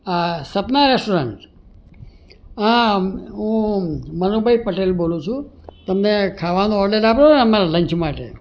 આ સપના રેસ્ટોરન્ટ હા હું મનુભાઈ પટેલ બોલું છું તમને ખાવાનો ઓડર આપ્યો તો ને હમણાં લંચ માટે